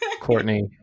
Courtney